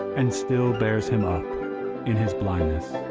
and still bears him up in his blindness.